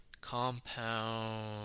compound